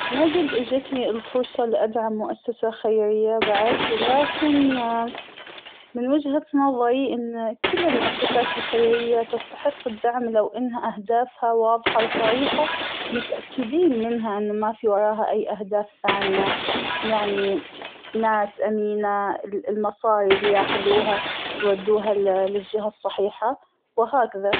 ما جد إجيتنى الفرصة لأدعم مؤسسة خيرية بعد ، لكن اا- من وجهة نظرى إن كل المؤسسات الخيرية تستحق الدعم لو إن أهدافها واضحة وصريحة ، ومتاكدين منها إن ما فى وراها أى أهداف ثانية ، يعنى ناس أمينة المصارى اللى ياخذوها يودوها للجهة الصحيحة وهكذا.